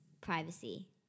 privacy